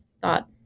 thought